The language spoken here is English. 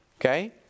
Okay